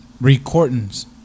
recordings